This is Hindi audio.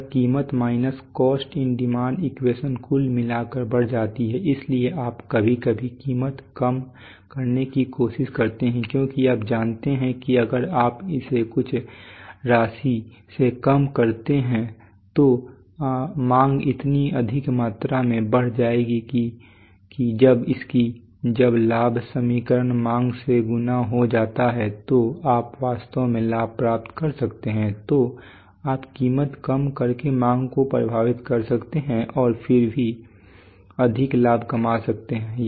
यह कीमत minus cost in demand equation कुल मिलाकर बढ़ जाती है इसीलिए आप कभी कभी कीमत कम करने की कोशिश करते हैं क्योंकि आप जानते हैं कि अगर आप इसे कुछ राशि से कम करते हैं तो मांग इतनी अधिक मात्रा में बढ़ जाएगी कि जब इसकी जब लाभ समीकरण मांग से गुणा हो जाता है तो आप वास्तव में लाभ प्राप्त कर सकते हैं